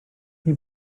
chi